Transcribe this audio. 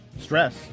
stress